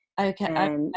Okay